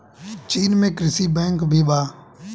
चीन में कृषि बैंक भी बा